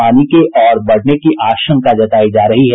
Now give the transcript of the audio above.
पानी के और बढ़ने की आशंका जताई जा रही है